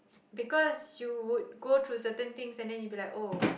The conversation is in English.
because you would go through certain things and then you be like oh